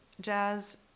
Jazz